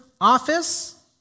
office